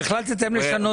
והחלטתם לשנות את זה.